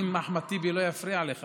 אם אחמד טיבי לא יפריע לך,